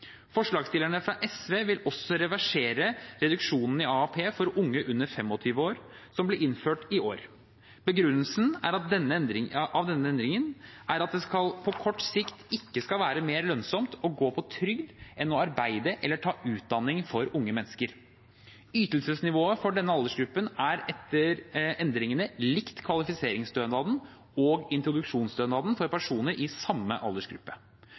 Forslagsstillerne fra SV vil også reversere reduksjonen i AAP for unge under 25 år, som ble innført i år. Begrunnelsen for denne endringen var at det på kort sikt ikke skal være mer lønnsomt å gå på trygd enn å arbeide eller ta utdanning for unge mennesker. Ytelsesnivået for denne aldersgruppen er etter endringen likt kvalifiseringsstønaden og introduksjonstønaden for personer i samme aldersgruppe.